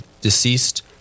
deceased